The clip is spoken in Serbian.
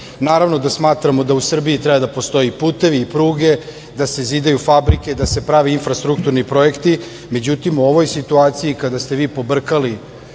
evra. Naravno da smatramo da u Srbiji treba da postoje i putevi i pruge, da se zidaju fabrike, da se pravi infrastrukturni projekti, međutim u ovoj situaciji kada ste vi pobrkali